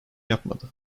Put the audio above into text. yapmadı